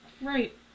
Right